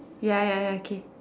ya ya ya K